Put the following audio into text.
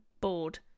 bored